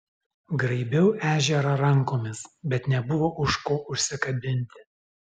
graibiau ežerą rankomis bet nebuvo už ko užsikabinti